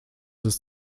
ist